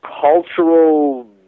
cultural